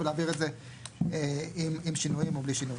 ולהעביר את זה עם שינויים או בלי שינויים.